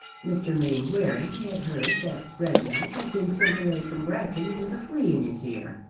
mr. mainwaring had heard that reginald had been sent away from bragton with a flea in his ear,